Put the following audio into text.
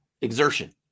exertion